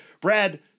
Brad